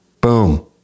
Boom